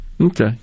okay